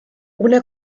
una